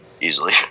easily